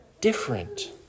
different